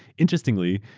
interestingly,